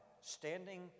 standing